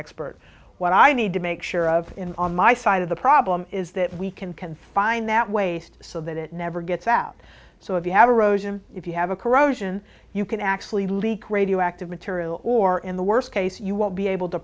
expert what i need to make sure of in on my side of the problem is that we can confine that waste so that it never gets out so if you have erosion if you have a corrosion you can actually leak radioactive material or in the worst case you won't be able to